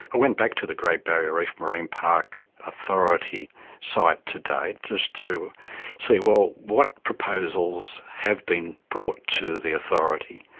i went back to the great barrier reef marine park authority site today just to see, well, what proposals have been brought to the authority.